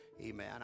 Amen